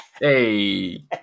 Hey